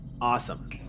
Awesome